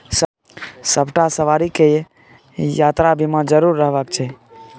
सभटा सवारीकेँ यात्रा बीमा जरुर रहबाक चाही